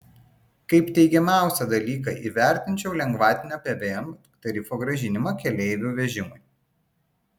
kaip teigiamiausią dalyką įvertinčiau lengvatinio pvm tarifo grąžinimą keleivių vežimui